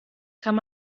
kann